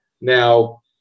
Now